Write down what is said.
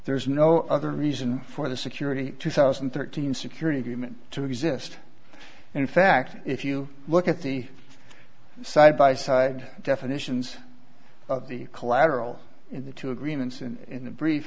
there's no other reason for the security two thousand and thirteen security agreement to exist and in fact if you look at the side by side definitions of the collateral in the two agreements